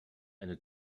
eine